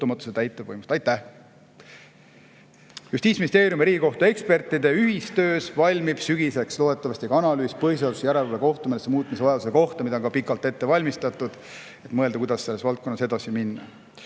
sõltumatuse täitevvõimust. Aitäh! Justiitsministeeriumi ja Riigikohtu ekspertide ühistöös valmib sügiseks loodetavasti ka analüüs põhiseaduslikkuse järelevalve kohtumenetluse muutmise vajaduse kohta, mida on ka pikalt ette valmistatud. Mõtleme, kuidas selles valdkonnas edasi minna.